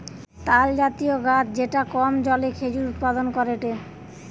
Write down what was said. তালজাতীয় গাছ যেটা কম জলে খেজুর উৎপাদন করেটে